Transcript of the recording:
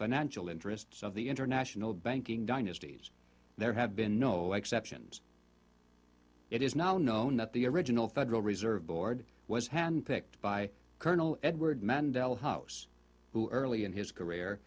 financial interests of the international banking dynasties there have been no exceptions it is now known that the original federal reserve board was handpicked by colonel edward mandela house who early in his career